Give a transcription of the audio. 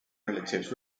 relatives